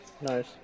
Nice